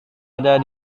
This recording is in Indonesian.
ada